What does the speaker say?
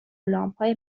لامپهای